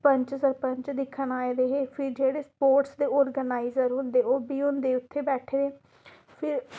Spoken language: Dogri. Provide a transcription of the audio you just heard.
पंच सरपंच दिक्खन आए दे हे फिर जेह्ड़े स्पोर्टस दे आर्गेनाइजर होंदे ओह् बी होंदे उत्थै बैठे दे फिर